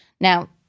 Now